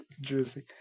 jersey